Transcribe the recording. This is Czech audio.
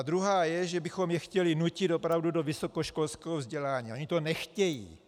Druhá je, že bychom je chtěli nutit opravdu do vysokoškolského vzdělání a ony to nechtějí.